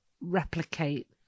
replicate